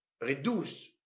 reduce